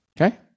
Okay